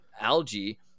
algae